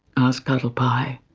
asked cuddlepie.